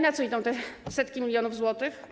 Na co idą te setki milionów złotych?